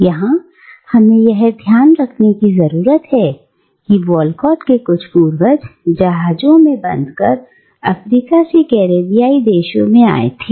यहां हमें यह ध्यान रखने की जरूरत है कि वॉलकॉट के कुछ पूर्वज जहाजों में बंद कर अफ्रीका से कैरेबियाई देशों में आए थे